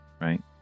right